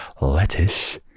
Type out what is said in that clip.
lettuce